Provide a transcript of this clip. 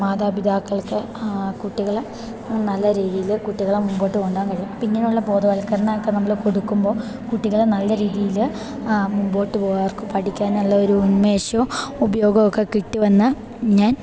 മാതാപിതാക്കൾക്ക് കുട്ടികളെ നല്ല രീതിയിൽ കുട്ടികളെ മുൻപോട്ടു കൊണ്ടുപോകാൻ കഴിയും അപ്പം ഇങ്ങനെ ഉള്ള ബോധവൽക്കരണമൊ ക്കെ നമ്മൾ കൊടുക്കുമ്പോൾ കുട്ടികളെ നല്ല രീതിയിൽ മുൻപോട്ടു പോകാം അവർക്ക് പഠിക്കാനുള്ളൊരു ഉന്മേഷവും ഉപയോഗവും ഒക്കെ കിട്ടി വന്ന് ഞാൻ